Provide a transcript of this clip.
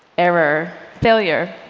error failure.